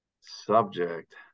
Subject